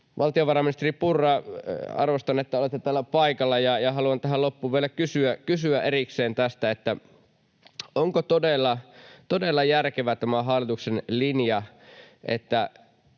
Valtiovarainministeri Purra, arvostan, että olette täällä paikalla, ja haluan tähän loppuun vielä kysyä erikseen tästä: onko todella järkevä tämä hallituksen linja, että